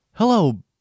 Hello